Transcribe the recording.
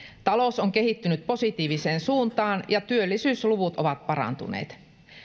talous on kehittynyt positiiviseen suuntaan ja työllisyysluvut ovat parantuneet